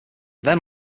then